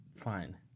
fine